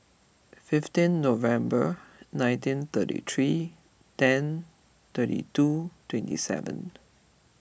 fifteen November nineteen thirty three ten thirty two twenty seven